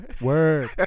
Word